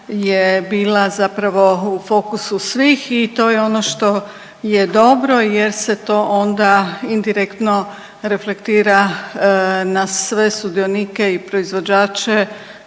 je bila zapravo u fokusu svih i to je ono što je dobro jer se to onda indirektno reflektira na sve sudionike i proizvođače